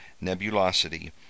nebulosity